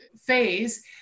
phase